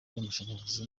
ry’amashanyarazi